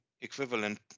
equivalent